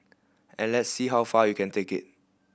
and let's see how far you can take it